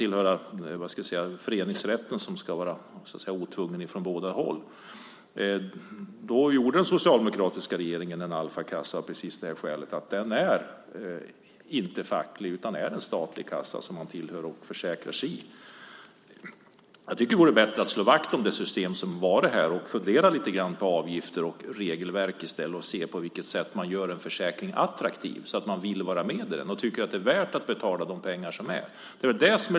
Detta hör till föreningsrätten, som ska vara otvungen från båda håll. Den socialdemokratiska regeringen skapade Alfakassan av precis det skälet att den inte är facklig. Den är en statlig kassa som man tillhör och försäkrar sig i. Jag tycker att det vore bättre om vi slog vakt om det system som har varit och i stället funderade lite över avgifter och regelverk för att göra försäkringen attraktiv, så att man vill vara med i den och tycker att det är värt att betala de pengar som det kostar.